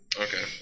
Okay